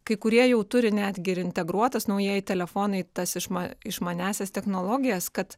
kai kurie jau turi netgi ir integruotas naujieji telefonai tas išma išmaniąsias technologijas kad